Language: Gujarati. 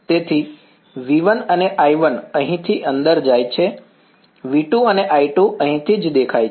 તેથી V 1 અને I1 અહીંથી અંદર જાય છે V 2 અને I2 અહીંથી જ દેખાય છે